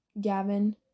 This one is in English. Gavin